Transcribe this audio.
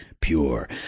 pure